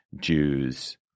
Jews